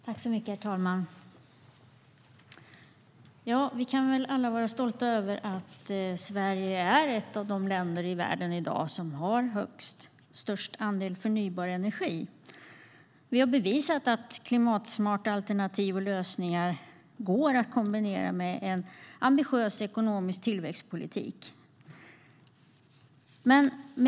Herr talman! Vi kan väl alla vara stolta över att Sverige är ett av de länder i världen som i dag har störst andel förnybar energi. Vi har bevisat att klimatsmarta alternativ och lösningar går att kombinera med en ambitiös ekonomisk tillväxtpolitik.